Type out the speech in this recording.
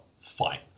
Fine